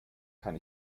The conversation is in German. kann